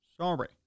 Sorry